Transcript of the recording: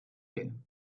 you